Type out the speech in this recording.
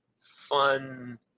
fun